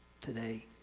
today